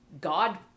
god